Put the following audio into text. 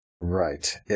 Right